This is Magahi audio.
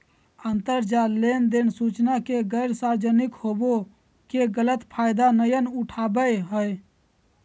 अंतरजाल लेनदेन सूचना के गैर सार्वजनिक होबो के गलत फायदा नयय उठाबैय हइ